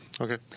Okay